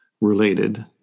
related